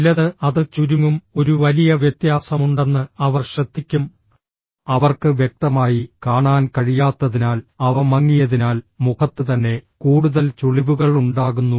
ചിലത് അത് ചുരുങ്ങും ഒരു വലിയ വ്യത്യാസമുണ്ടെന്ന് അവർ ശ്രദ്ധിക്കും അവർക്ക് വ്യക്തമായി കാണാൻ കഴിയാത്തതിനാൽ അവ മങ്ങിയതിനാൽ മുഖത്ത് തന്നെ കൂടുതൽ ചുളിവുകൾ ഉണ്ടാകുന്നു